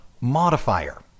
modifier